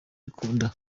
ikunda